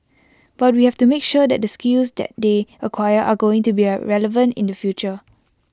but we have to make sure that the skills that they acquire are going to be relevant in the future